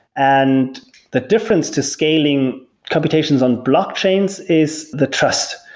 and the difference to scaling computations on blockchains is the trust.